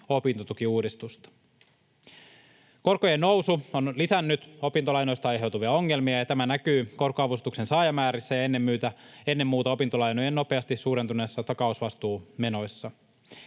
opintotukiuudistusta. Korkojen nousu on lisännyt opintolainoista aiheutuvia ongelmia, ja tämä näkyy korko-avustuksen saajamäärissä ja ennen muuta opintolainojen nopeasti suurentuneissa takausvastuumenoissa.